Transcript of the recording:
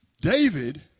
David